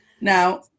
Now